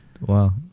Wow